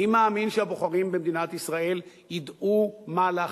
אני מאמין שהבוחרים במדינת ישראל ידעו מה להחליט.